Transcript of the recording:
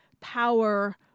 power